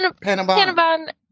Panabon